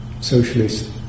socialist